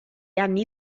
anni